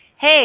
hey